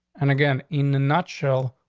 and again, in a nutshell,